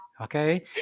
Okay